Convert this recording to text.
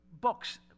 books